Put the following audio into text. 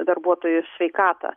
darbuotojų sveikatą